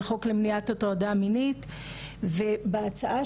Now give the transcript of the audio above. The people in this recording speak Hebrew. גם ביחס לקטינים וגם ביחס לבגירים,